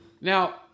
Now